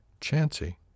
Chancy